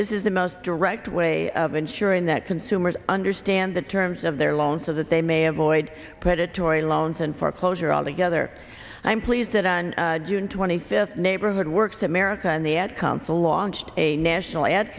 this is the most direct way of ensuring that consumers understand the terms of their loan so that they may have void predatory loans and foreclosure altogether i'm pleased that on june twenty fifth neighborhood works america in the ad console launched a national ad